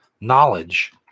knowledge